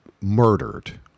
murdered